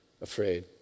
afraid